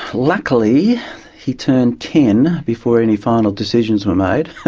luckily he turned ten before any final decisions were made,